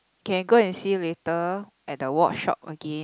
can go and see later at the watch shop again